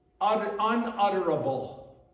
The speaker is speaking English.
unutterable